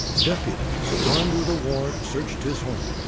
deputies armed with a warrant searched his home.